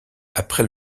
après